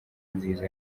nziza